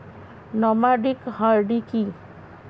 Nomadic হার্ডি কি?